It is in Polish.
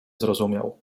zrozumiał